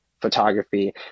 photography